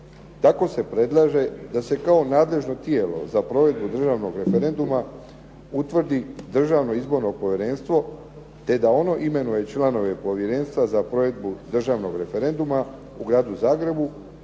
Tako se predlaže da se kao nadležno tijelo za provedbu državnog referenduma utvrdi Državno izborno povjerenstvo te da ono imenuje članove povjerenstva za provedbu državnog referenduma u Gradu Zagrebu